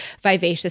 vivacious